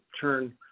turn